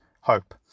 hope